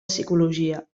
psicologia